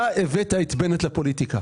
אתה הבאת את בנט לפוליטיקה.